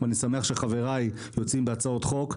אני שמח שחבריי יוצאים בהצעות חוק,